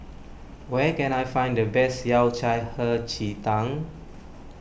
where can I find the best Yao Cai Hei Ji Tang